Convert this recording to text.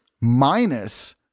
minus